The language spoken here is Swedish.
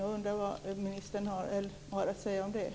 Jag undrar vad ministern har att säga om detta.